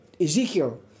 Ezekiel